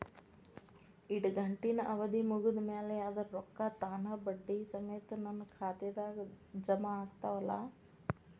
ಇಡಗಂಟಿನ್ ಅವಧಿ ಮುಗದ್ ಮ್ಯಾಲೆ ಅದರ ರೊಕ್ಕಾ ತಾನ ಬಡ್ಡಿ ಸಮೇತ ನನ್ನ ಖಾತೆದಾಗ್ ಜಮಾ ಆಗ್ತಾವ್ ಅಲಾ?